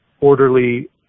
orderly